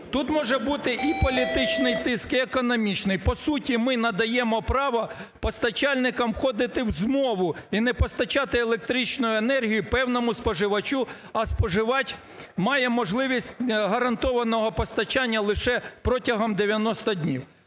Тут може бути і політичний тиск, і економічний. По суті ми надаємо право постачальникам входити в змову і не постачати електричну енергію певному споживачу, а споживач має можливість гарантованого постачання лише протягом 90 днів.